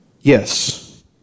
Yes